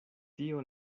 tio